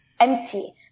empty